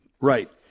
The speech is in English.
Right